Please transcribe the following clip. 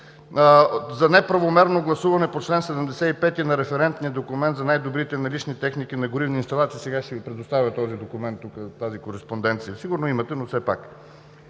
За неправомерно гласуване по чл. 75 на референтния документ за най-добрите налични техники на горивни инсталации – сега ще Ви предоставя този документ, тази кореспонденция. Сигурно я имате, но все пак.